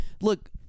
look